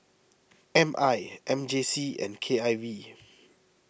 M I M J C and K I V